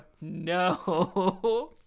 no